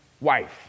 wife